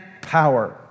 power